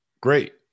great